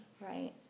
right